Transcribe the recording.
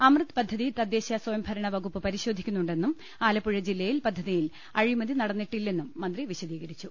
അമൃത് പദ്ധതി തദ്ദേശ് സ്വയംഭരണ വകുപ്പ് പരിശോധിക്കുന്നുണ്ടെന്നും ആലപ്പുഴ ജില്ലയിൽ പദ്ധ തിയിൽ അഴിമതി നടന്നിട്ടില്ലെന്നും മന്ത്രി വിശദീകരിച്ചു